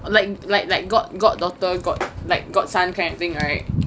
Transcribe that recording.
like like like god god daughter god like god son kind of thing right